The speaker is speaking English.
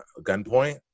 gunpoint